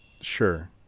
sure